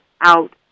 out